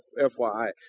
FYI